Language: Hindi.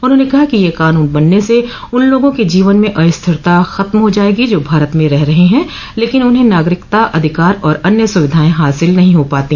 उन्होंने कहा कि यह कानून बनने से उन लोगों के जीवन में अस्थिरता खत्म हो जायेगी जो भारत में रह रहे हैं लेकिन उन्हें नागरिकता अधिकार और अन्य सुविधाएं हासिल नहीं हो पाती